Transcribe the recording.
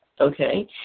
okay